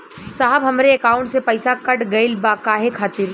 साहब हमरे एकाउंट से पैसाकट गईल बा काहे खातिर?